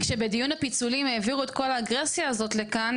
כי כשבדיון הפיצולים העבירו את כל האגרסיה הזאת לכאן,